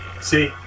See